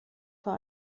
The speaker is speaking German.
vor